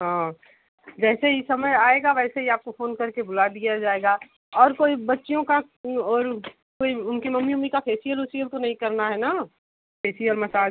हाँ जैसे ही समय आएगा वैसे ही आपको फ़ोन करके बुला दिया जाएगा और कोई बच्चियों का और कोई उनकी मम्मी ओम्मी का फेसियल ओसियल तो नहीं करना है ना फेसियल मसाज